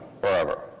forever